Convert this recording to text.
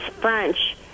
French